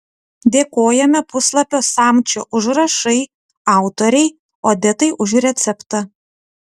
dėkojame puslapio samčio užrašai autorei odetai už receptą